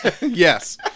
Yes